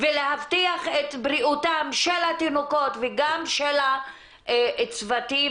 ולהבטיח את בריאותם של התינוקות וגם של הצוותים,